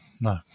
No